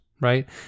right